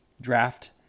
draft